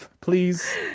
please